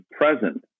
present